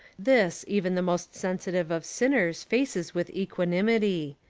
this even the most sensitive of sinners faces with equanimity.